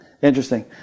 Interesting